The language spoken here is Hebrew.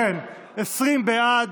20 בעד,